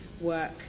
work